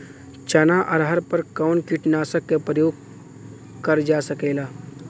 चना अरहर पर कवन कीटनाशक क प्रयोग कर जा सकेला?